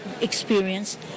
experience